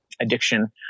addiction